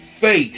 face